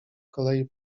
kolei